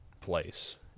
place